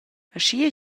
aschia